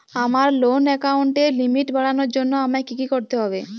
আমার লোন অ্যাকাউন্টের লিমিট বাড়ানোর জন্য আমায় কী কী করতে হবে?